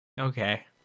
Okay